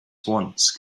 once